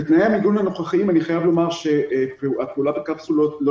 בתנאי המיגון הנוכחיים אני חייב לומר שפעולת הקפסולות לא